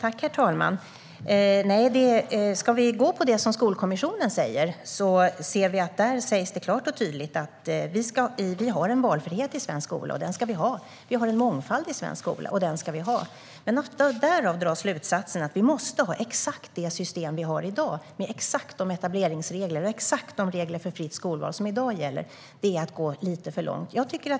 Herr talman! I det som Skolkommissionen uttalar sägs tydligt att vi har en valfrihet i svensk skola, och den ska vi ha kvar. Vi har en mångfald i svensk skola, och den ska vi ha kvar. Men att därav dra slutsatsen att vi måste ha exakt det system vi har i dag med exakt de etableringsregler och exakt de regler för fritt skolval som i dag gäller är att gå lite för långt.